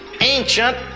ancient